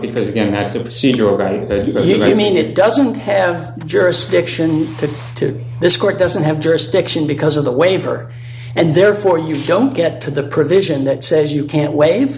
because again that's a procedural right here i mean it doesn't have jurisdiction to to this court doesn't have jurisdiction because of the waiver and therefore you don't get to the provision that says you can't waive